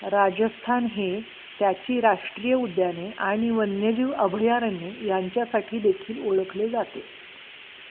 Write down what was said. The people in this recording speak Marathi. राजस्थान हे त्याची राष्ट्रीय उद्याने आणि वन्यजीव अभयरण्य यांच्यासाठी देखील ओळखले जाते